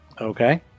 Okay